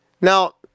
Now